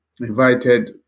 invited